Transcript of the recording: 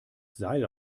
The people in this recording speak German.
seil